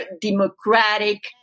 democratic